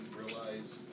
realize